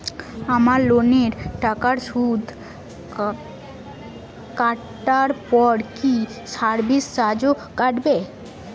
আমার লোনের টাকার সুদ কাটারপর কি সার্ভিস চার্জও কাটবে?